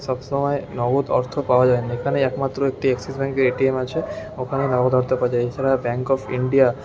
সবসময় নগদ অর্থ পাওয়া যায় না এখানে একমাত্র একটি অ্যাক্সিস ব্যাঙ্কের এ টি এম আছে ওখানে নগদ অর্থ পাওয়া যায় এছাড়া ব্যাঙ্ক অফ ইন্ডিয়া